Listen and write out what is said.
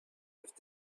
with